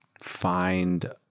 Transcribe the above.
find